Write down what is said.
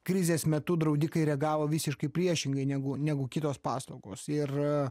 krizės metu draudikai reagavo visiškai priešingai negu negu kitos paslaugos ir